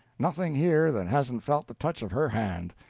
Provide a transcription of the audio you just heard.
nothing here that hasn't felt the touch of her hand.